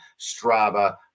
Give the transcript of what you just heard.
Strava